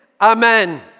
amen